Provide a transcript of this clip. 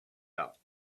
out